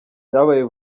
byabaye